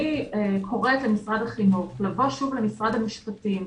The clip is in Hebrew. אני קוראת למשרד החינוך לבוא שוב למשרד המשפטים,